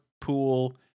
pool